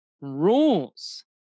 rules